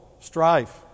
strife